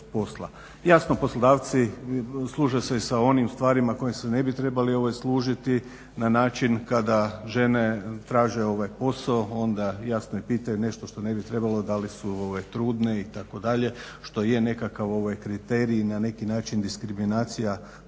Jasno poslodavci služe se i sa onim stvarima kojim se ne bi trebali služiti na način kada žene traže posao onda jasno pitaju i nešto što ne bi trebalo da li su trudne itd. što je nekakav kriterij i na neki način diskriminacija prema